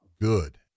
good